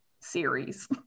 series